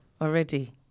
Already